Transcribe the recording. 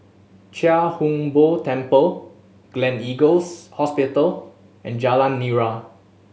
Chia Hung Boo Temple Gleneagles Hospital and Jalan Nira